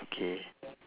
okay